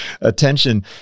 attention